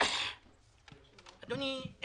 אדוני,